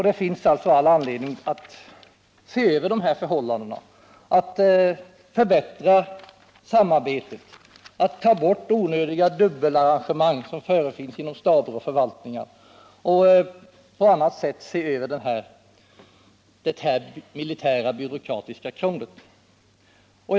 Det finns alltså all anledning att se över de här förhållandena, att förbättra samarbetet, att ta bort onödiga dubbelarrangemang som förefinns inom staber och förvaltningar och på annat sätt se över det militära byråkratiska krånglet.